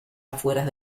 afueras